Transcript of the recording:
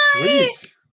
Nice